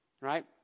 right